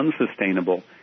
unsustainable